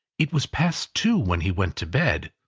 it was past two when he went to bed.